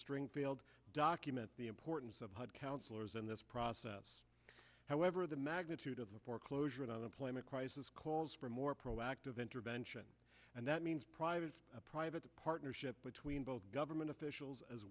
stringfield document the importance of hud counselors in this process however the magnitude of the foreclosure and unemployment crisis calls for a more proactive intervention and that means private a private partnership between both government